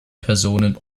personen